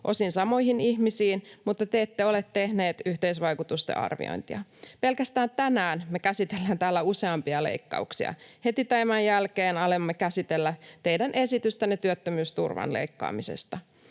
osin samoihin ihmisiin, mutta te ette ole tehneet yhteisvaikutusten arviointia. Pelkästään tänään me käsitellään täällä useampia leikkauksia. Heti tämän jälkeen alamme käsitellä teidän esitystänne työttömyysturvan leikkaamisesta.